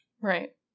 Right